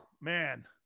Man